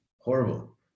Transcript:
Horrible